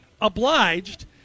obliged